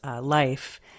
life